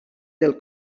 del